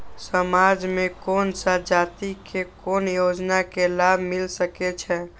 समाज में कोन सा जाति के कोन योजना के लाभ मिल सके छै?